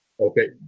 Okay